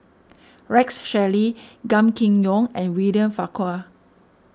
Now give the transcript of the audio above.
Rex Shelley Gan Kim Yong and William Farquhar